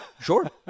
Sure